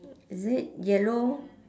is it yellow